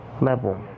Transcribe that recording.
level